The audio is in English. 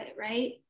right